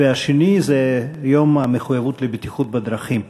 והשני זה יום המחויבות לבטיחות בדרכים.